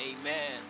Amen